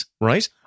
right